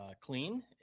clean